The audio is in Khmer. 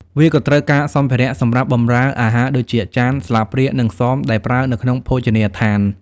វាក៏ត្រូវការសម្ភារៈសម្រាប់បម្រើអាហារដូចជាចាន ស្លាបព្រា និងសមដែលប្រើនៅក្នុងភោជនីយដ្ឋាន។